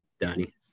Danny